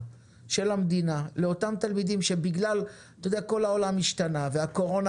של המדינה לאותם תלמידים שבגלל כל העולם השתנה והקורונה